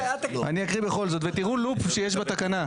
אני אקריא בכל זאת, ותראו לופ שיש בתקנה.